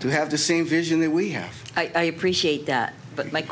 to have the same vision that we have i appreciate that but